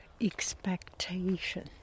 expectation